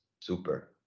Super